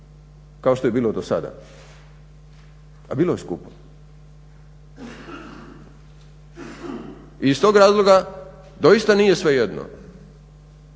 kao što je bilo do sada, a bilo je skupo. Iz tog razloga doista nije svejedno